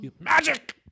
Magic